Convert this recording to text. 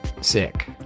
Sick